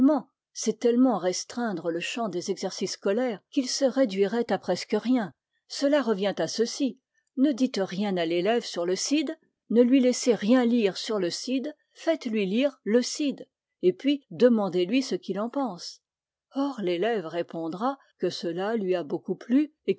c'est tellement restreindre le champ des exercices scolaires qu'il se réduirait à presque rien cela revient à ceci ne dites rien à l'élève sur le cid ne lui laissez rien lire sur le cid faites-lui lire le cid et puis demandez-lui ce qu'il en pense or l'élève répondra que cela lui a beaucoup plu